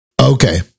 Okay